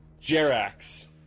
jerax